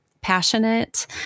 passionate